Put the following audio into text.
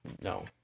No